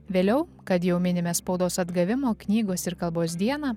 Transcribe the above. vėliau kad jau minime spaudos atgavimo knygos ir kalbos dieną